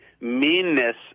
meanness